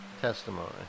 testimony